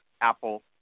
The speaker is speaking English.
apple